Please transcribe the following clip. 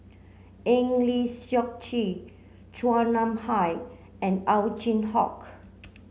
Eng Lee Seok Chee Chua Nam Hai and Ow Chin Hock